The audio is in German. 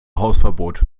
hausverbot